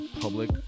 public